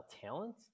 talent